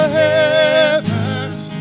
heavens